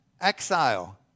exile